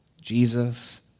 Jesus